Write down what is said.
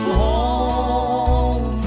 home